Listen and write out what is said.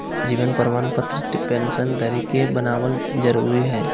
जीवन प्रमाण पत्र पेंशन धरी के बनाबल जरुरी हइ